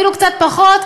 אפילו קצת פחות,